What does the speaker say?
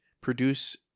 produce